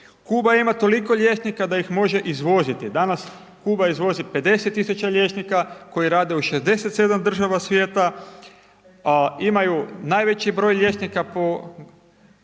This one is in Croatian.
Kuba ima toliko liječnika da ih može izvoziti, danas Kuba izvozi 50.000 liječnika koji rade u 67 država svijeta, a imaju najveći broj liječnika po